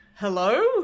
Hello